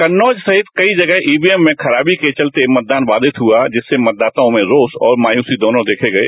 कन्नौज सहित जगह ईवीएम में खराबी के चलते मतदान बावित हथा जिससे मतदाताओं में रोष तथा मायूसी दोनों देखे गए